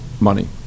money